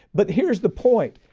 but here's the point.